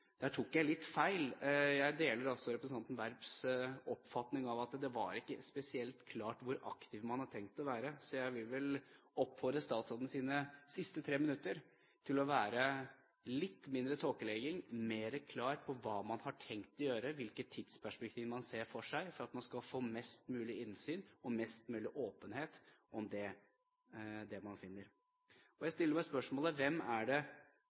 Der tok jeg litt feil. Jeg deler representanten Werps oppfatning av at det ikke var spesielt klart hvor aktiv man har tenkt å være. Jeg vil oppfordre statsråden til å bruke de siste tre minutter til å være litt mindre tåkeleggende og mer klar på hva man har tenkt å gjøre, og si hvilke tidsperspektiver man ser for seg, for at man skal få mest mulig innsyn og mest mulig åpenhet om det man finner. Jeg stiller meg spørsmålet: Hvem er det